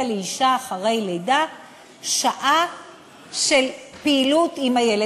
לאישה אחרי לידה שעה של פעילות עם הילד.